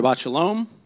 shalom